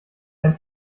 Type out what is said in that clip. ein